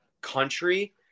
country